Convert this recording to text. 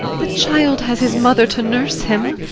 the child has his mother to nurse him.